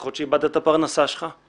יכול להיות שאיבדת את הפרנסה שלך,